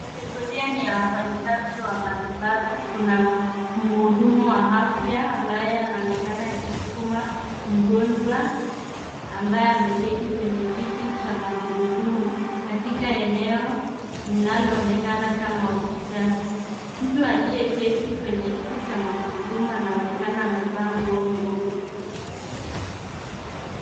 Kategoria ni ya wafanyakazi wa matibabu. Kuna mhudumu wa afya ambaye anaonekana akisukuma mgonjwa ambaye ameketi kwenye kiti cha magurudumu katika eneo linaloonekana kama hospitali. Mtu aliyeketi kwenye kiti cha magurudumu anaonekana amevaa nguo nyeupe.